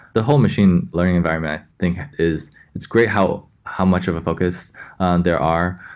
the whole machine learning environment i think is it's great how how much of a focus and there are,